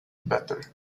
better